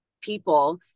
people